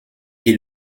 est